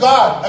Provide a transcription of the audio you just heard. God